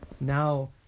now